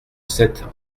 cette